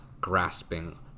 grasping